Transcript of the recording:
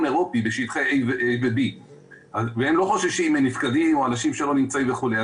אירופי בשטחי A ו-B והם לא חוששים מנפקדים או אנשים שלא נמצאים וכולי.